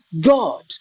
God